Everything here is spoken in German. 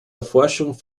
erforschung